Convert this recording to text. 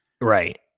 Right